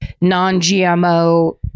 non-GMO